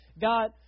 God